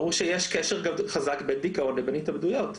ברור שיש קשר חזק בין דיכאון לבין התאבדויות.